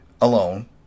alone